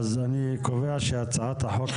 הצבעה